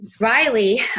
Riley